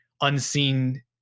unseen